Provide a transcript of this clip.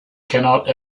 cannot